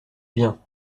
vient